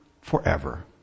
forever